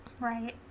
right